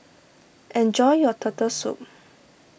enjoy your Turtle Soup